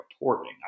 reporting